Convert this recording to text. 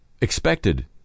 expected